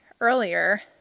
earlier